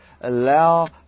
Allow